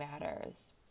matters